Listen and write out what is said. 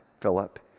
Philip